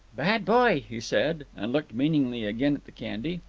bad boy, he said, and looked meaningly again at the candy.